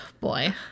boy